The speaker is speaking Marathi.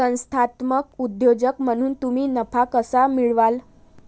संस्थात्मक उद्योजक म्हणून तुम्ही नफा कसा मिळवाल?